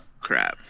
crap